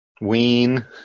Ween